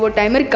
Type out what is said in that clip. but timer.